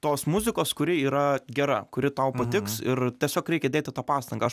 tos muzikos kuri yra gera kuri tau patiks ir tiesiog reikia dėti tą pastangą aš